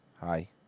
Hi